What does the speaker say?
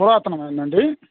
పురాతనమైనదా అండి